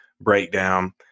breakdown